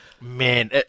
Man